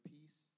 peace